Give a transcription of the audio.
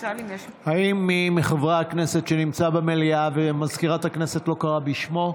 האם יש מי מחברי הכנסת שנמצא במליאה ומזכירת הכנסת לא קראה בשמו,